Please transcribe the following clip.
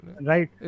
right